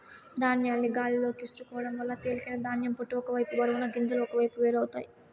ధాన్యాన్ని గాలిలోకి విసురుకోవడం వల్ల తేలికైన ధాన్యం పొట్టు ఒక వైపు బరువైన గింజలు ఒకవైపు వేరు అవుతాయి